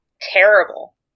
terrible